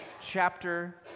chapter